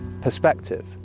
perspective